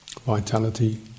Vitality